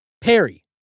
Perry